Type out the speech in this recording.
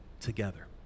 together